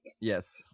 Yes